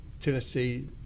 Tennessee